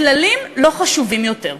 הכללים לא חשובים יותר.